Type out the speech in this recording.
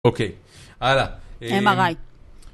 אוקיי, הלאה. MRI.